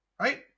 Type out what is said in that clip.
right